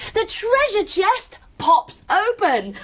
the treasure chest pops open!